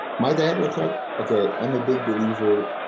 my diet look like? okay. i'm a big believer,